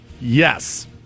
Yes